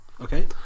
okay